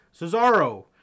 Cesaro